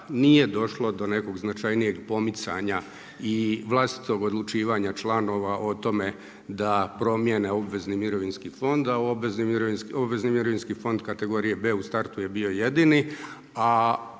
nije došlo do nekog značajnijeg pomicanja i vlastitog odlučivanja članova o tome da promjene obvezni mirovinski fond, a obvezni mirovinski fond kategorije B u startu je jedini,